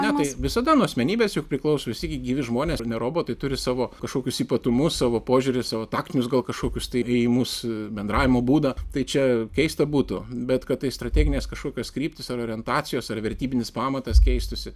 ne tai visada nuo asmenybės juk priklauso vis tiek gi gyvi žmonės ne robotai turi savo kažkokius ypatumus savo požiūrį savo taktinius gal kažkokius tai ėjimus bendravimo būdą tai čia keista būtų bet kad tai strateginės kažkokios kryptys ar orientacijos ar vertybinis pamatas keistųsi